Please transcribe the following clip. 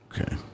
Okay